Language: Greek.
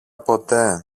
ποτέ